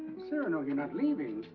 cyrano, you're not leaving?